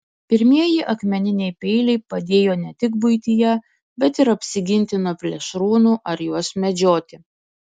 pirmieji akmeniniai peiliai padėjo ne tik buityje bet ir apsiginti nuo plėšrūnų ar juos medžioti